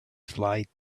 flight